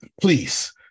please